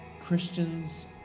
Christians